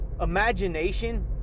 imagination